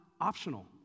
optional